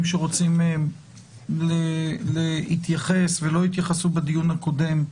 שרוצים להתייחס ולא התייחסו בדיון הקודם,